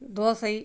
dosa